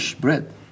bread